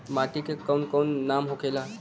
माटी के कौन कौन नाम होखेला?